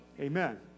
Amen